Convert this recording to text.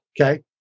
Okay